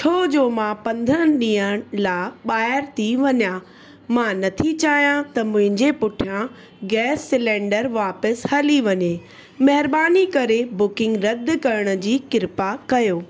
छो जो मां पंद्रहनि ॾींहनि लाइ ॿाहिरि थी वञा मां नथी चाहियां त मुंहिंजे पुठियां गैस सिलेंडर वापिसि हली वञे महिरबानी करे बुकिंग रद्द करण जी कृपा कयो